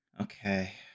Okay